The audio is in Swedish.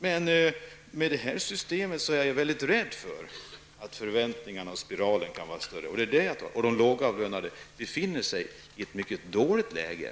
Men med det här systemet är jag mycket rädd för att förväntningarna kan bli större, och de lågavlönade befinner sig i ett mycket dåligt läge.